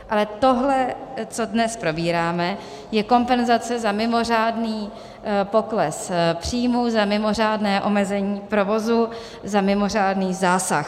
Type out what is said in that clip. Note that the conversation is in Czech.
Ale tohle, co dnes probíráme, je kompenzace za mimořádný pokles příjmů, za mimořádné omezení provozu, za mimořádný zásah.